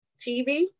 TV